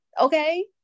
okay